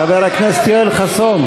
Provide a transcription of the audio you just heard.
חבר הכנסת יואל חסון.